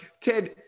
Ted